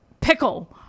pickle